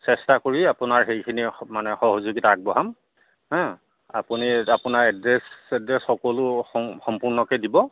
চেষ্টা কৰি আপোনাৰ হেৰিখিনি মানে সহযোগিতা আগবঢ়াম হা আপোনাৰ এড্ৰেছ চেড্ৰেছ সকলো সম্পূৰ্ণকৈ দিব